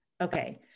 Okay